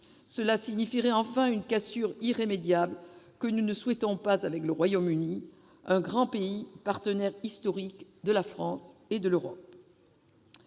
Elles signifieraient enfin une cassure irrémédiable, que nous ne souhaitons pas, avec le Royaume-Uni, un grand pays, partenaire historique de la France et de l'Europe.